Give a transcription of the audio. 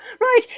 Right